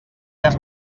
més